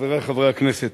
חברי חברי הכנסת,